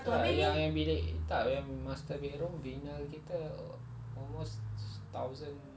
tak yang yang bilik tak yang master bedroom vinyl kita almost thousand